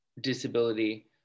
disability